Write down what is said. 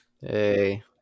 hey